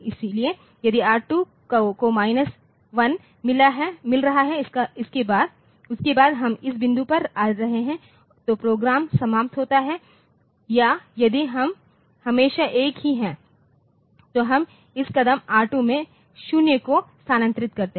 इसलिए यदि R2 को माइनस 1 मिल रहा है उसके बाद हम इस बिंदु पर आ रहे हैं तो प्रोग्राम समाप्त होता है या यदि यह हमेशा एक ही है तो हम इस कदम R2 में0 को स्थानांतरित करते हैं